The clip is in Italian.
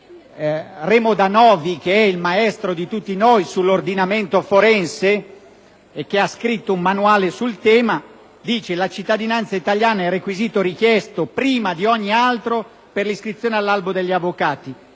il maestro di tutti noi sull'ordinamento forense che ha scritto un manuale sul tema, dice che la cittadinanza italiana è il requisito richiesto prima di ogni altro per l'iscrizione all'albo degli avvocati.